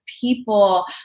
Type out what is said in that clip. people